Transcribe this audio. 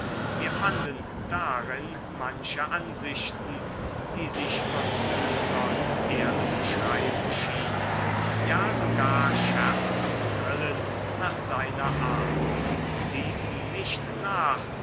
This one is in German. wir fanden darin manche ansichten die sich von oesern herzuschreiben schienen ja sogar scherz und grillen nach seiner art und ließen nicht nach